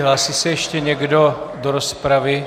Hlásí se ještě někdo do rozpravy?